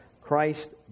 Christ